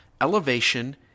Elevation